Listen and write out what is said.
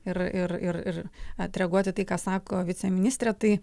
ir ir ir ir atreaguot į tai ką sako viceministrė tai